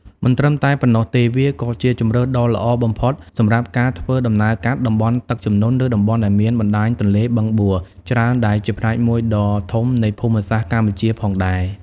មិនត្រឹមតែប៉ុណ្ណោះទេវាក៏ជាជម្រើសដ៏ល្អបំផុតសម្រាប់ការធ្វើដំណើរកាត់ តំបន់ទឹកជំនន់ ឬតំបន់ដែលមាន បណ្ដាញទន្លេ បឹងបួ ច្រើន ដែលជាផ្នែកមួយដ៏ធំនៃភូមិសាស្ត្រកម្ពុជាផងដែរ ។